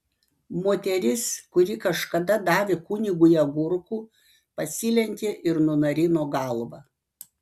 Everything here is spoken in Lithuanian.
moteris kuri kažkada davė kunigui agurkų pasilenkė ir nunarino galvą